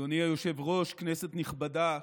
אדוני היושב-ראש, כנסת נכבדה,